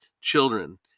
children